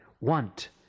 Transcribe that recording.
want